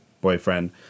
boyfriend